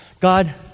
God